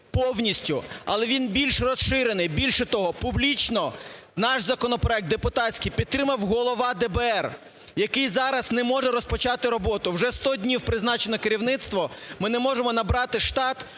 повністю. Але він більш розширений, більше того, публічно наш законопроект депутатський підтримав голова ДБР, який зараз не може розпочати роботу, вже 100 днів призначено керівництво, ми не можемо набрати штат,